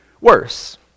worse